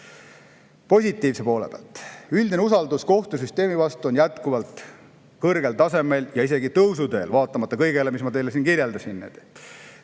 Positiivse poole pealt ka midagi. Üldine usaldus kohtusüsteemi vastu on jätkuvalt kõrgel tasemel ja isegi tõusuteel, seda vaatamata kõigele, mida ma teile siin kirjeldasin.